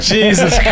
Jesus